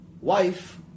wife